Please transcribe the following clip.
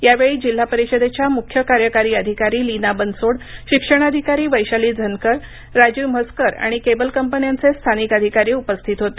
यावेळी जिल्हा परिषदेच्या मुख्य कार्यकारी अधिकारी लीना बनसोड शिक्षणाधिकारी वैशाली झनकर राजीव म्हसकर आणि केबल कंपन्यांचे स्थानिक अधिकारी उपस्थित होते